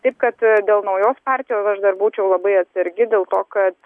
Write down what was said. taip kad dėl naujos partijos aš dar būčiau labai atsargi dėl to kad